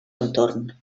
entorn